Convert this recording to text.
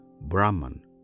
Brahman